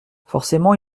forcément